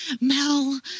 Mel